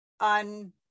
on